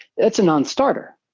that's a nonstarter.